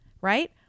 right